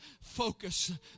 focus